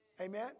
Amen